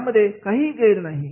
यामध्ये काहीही गैर नाही